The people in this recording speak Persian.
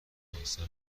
میخواستم